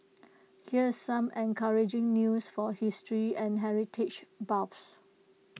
here's some encouraging news for history and heritage buffs